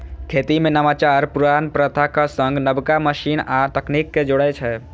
खेती मे नवाचार पुरान प्रथाक संग नबका मशीन आ तकनीक कें जोड़ै छै